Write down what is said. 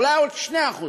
אולי עוד 2% מס,